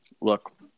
Look